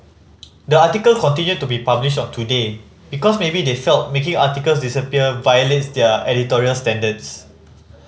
the article continued to be published on Today because maybe they felt making articles disappear violates their editorial standards